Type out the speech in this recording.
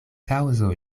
kaŭzo